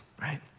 right